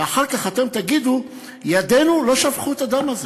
ואחר כך אתם תגידו: ידינו לא שפכו את הדם הזה.